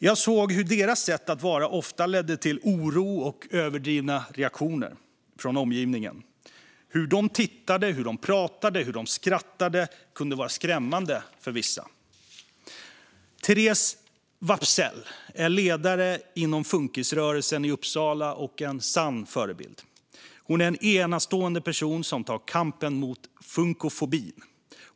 Jag såg hur deras sätt att vara ofta ledde till oro och överdrivna reaktioner från omgivningen. Hur de tittade, hur de pratade och hur de skrattade kunde vara skrämmande för vissa. Therese Wappsell är ledare inom funkisrörelsen i Uppsala och en sann förebild. Hon är en enastående person som tar kampen mot funkofobin.